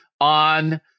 on